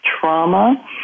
trauma